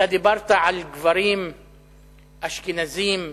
אתה דיברת על גברים אשכנזים ותיקים.